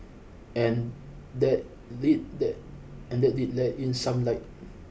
and that lead that and that did let in some light